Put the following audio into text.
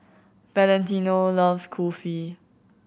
Valentino loves Kulfi